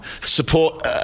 support